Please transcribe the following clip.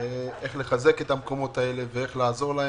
איך לחזק את המקומות האלה ואיך לעזור להם,